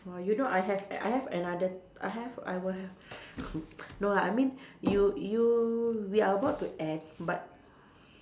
!wah! you know I have I have another I have I would have no lah I mean you you we are about to end but